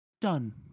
Done